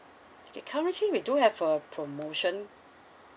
okay currently we do have a promotion